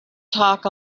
talk